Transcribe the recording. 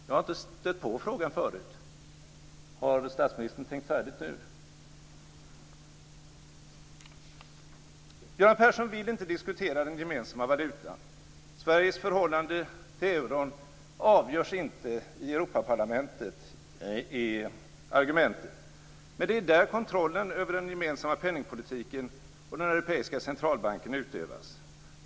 Jag har inte stött på frågan förut. Har statsministern tänkt färdigt nu? Göran Persson vill inte diskutera den gemensamma valutan. Sveriges förhållande till euron avgörs inte i Europaparlamentet, är argumentet. Men det är där kontrollen över den gemensamma penningpolitiken och den europeiska centralbanken utövas.